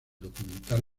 documental